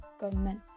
government